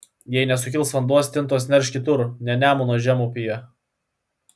jei nesukils vanduo stintos nerš kitur ne nemuno žemupyje